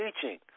teaching